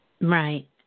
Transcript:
Right